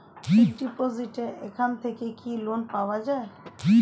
Fix ডিপোজিটের এখান থেকে কি লোন পাওয়া যায়?